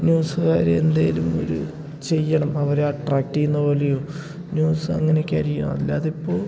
ന്യൂസുകാർ എന്തെങ്കിലും ഒരു ചെയ്യണം അവരെ അട്രാക്റ്റ് ചെയ്യുന്ന പോലെയോ ന്യൂസങ്ങനെയൊക്കെയായിരിക്കണം അല്ലാതിപ്പോൾ